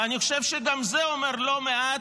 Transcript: ואני חושב שגם זה אומר לא מעט,